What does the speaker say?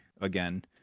again